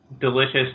delicious